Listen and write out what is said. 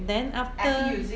then after